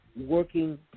working